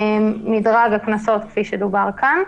מדרג הקנסות כפי שדובר כאן.